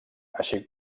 així